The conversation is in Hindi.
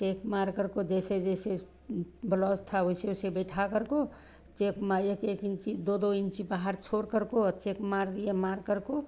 चेक मार करको जैसे जैसे ब्लाउज़ था वैसे वैसे बैठा करको चेक एक एक इन्ची दो दो इन्ची बाहर छोड़ करको और चेक मार दिए मार करको